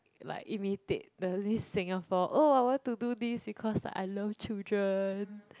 like imitate the Miss Singapore oh I want to do this because like I love children